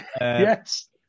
yes